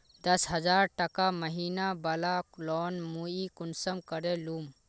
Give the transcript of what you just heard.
दस हजार टका महीना बला लोन मुई कुंसम करे लूम?